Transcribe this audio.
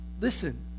listen